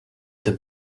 the